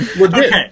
Okay